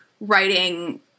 writing